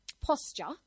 posture